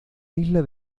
isla